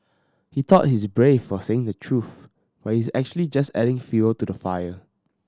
he thought he's brave for saying the truth but he's actually just adding fuel to the fire